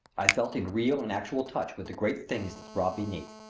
i felt in real and actual touch with the great things that throbbed beneath.